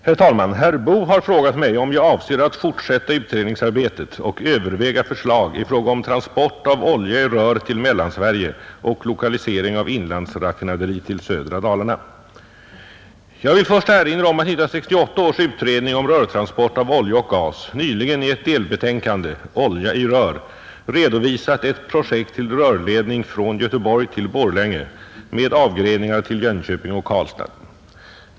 Herr talman! Herr Boo har frågat mig om jag avser att fortsätta utredningsarbetet och överväga förslag i fråga om transport av olja i rör till Mellansverige och lokalisering av inlandsraffinaderi till södra Dalarna. Jag vill först erinra om att 1968 års utredning om rörtransport av olja och gas nyligen i ett delbetänkande, olja i rör, redovisat ett projekt till rörledning från Göteborg till Borlänge med avgreningar till Jönköping och Karlstad.